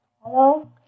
Hello